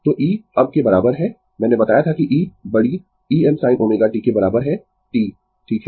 तो E अब के बराबर है मैंने बताया था कि E बड़ी Em sin ω t के बराबर है T ठीक है